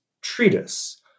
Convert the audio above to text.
treatise